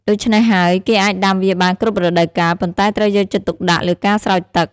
ដូច្នេះហើយ គេអាចដាំវាបានគ្រប់រដូវកាល ប៉ុន្តែត្រូវយកចិត្តទុកដាក់លើការស្រោចទឹក។